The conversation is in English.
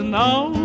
now